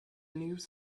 news